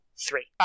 three